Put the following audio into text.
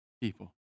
people